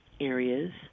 areas